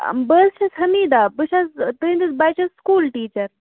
بہٕ حظ چھَس حمیدا بہٕ چھَس تُہٕنٛدِس بَچس سکوٗل ٹیٖچر